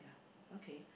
okay